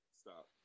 Stop